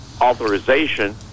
authorization